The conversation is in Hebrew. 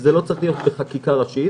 שזה לא צריך להיות בחקיקה ראשית.